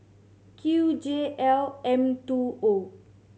Q J L M two O